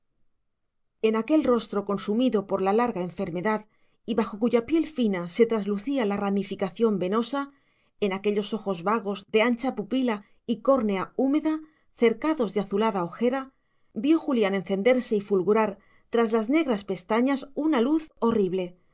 en aquel rostro consumido por la larga enfermedad y bajo cuya piel fina se traslucía la ramificación venosa en aquellos ojos vagos de ancha pupila y córnea húmeda cercados de azulada ojera vio julián encenderse y fulgurar tras las negras pestañas una luz horrible